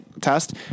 test